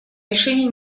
решения